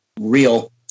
real